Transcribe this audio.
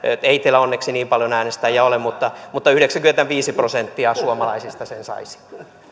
ei teillä onneksi niin paljon äänestäjiä ole mutta mutta yhdeksänkymmentäviisi prosenttia suomalaista sen saisi